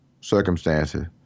circumstances